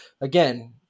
Again